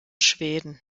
schweden